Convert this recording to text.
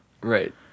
Right